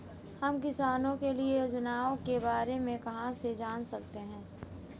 हम किसानों के लिए योजनाओं के बारे में कहाँ से जान सकते हैं?